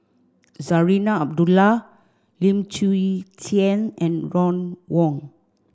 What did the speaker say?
Zarinah Abdullah Lim Chwee Chian and Ron Wong